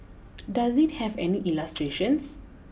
does it have any illustrations